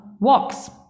walks